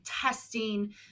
testing